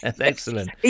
Excellent